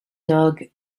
dog